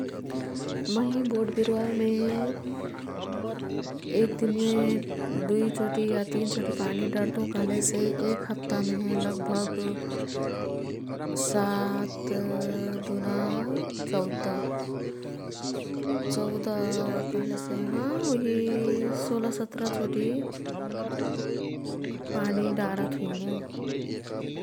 मैं बोटविरुवामे एक दिनमे दुईचोटी या तीनचोटी पानी दर्तुं कह्लेसे एक हप्तामेहे लगभग सात दुना चौद, चौद क्हलेसे हाँ उही सोह्र सत्र चोटी पानी डारत हुइमु।